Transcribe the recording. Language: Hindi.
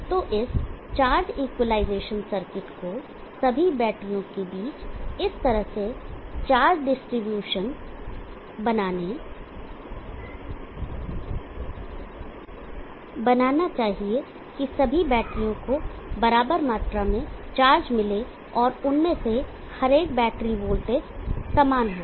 तो इस चार्ज इक्वलाइजेशन सर्किट को सभी बैटरियों के बीच इस तरह से चार्ज डिस्ट्रीब्यूशन बनाना चाहिए कि सभी बैटरियों को बराबर मात्रा में चार्ज मिलें और उनमें से हर एक का बैटरी वोल्टेज समान हो